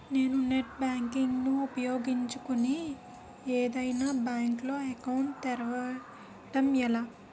నేను net banking ను ఉపయోగించుకుని ఏదైనా బ్యాంక్ లో అకౌంట్ తెరవడం ఎలా?